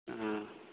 हाँ